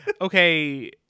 Okay